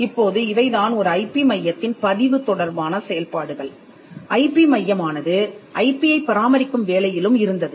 இப்போது இவை தான் ஒரு ஐபி மையத்தின் பதிவு தொடர்பான செயல்பாடுகள் ஐபி மையமானது ஐபியைப் பராமரிக்கும் வேலையிலும் இருந்தது